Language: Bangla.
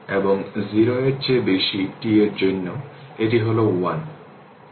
এবং 0 এর চেয়ে বেশি t এর জন্য এটি হল 1